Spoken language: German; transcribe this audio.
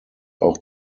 auch